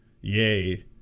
yay